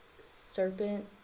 Serpent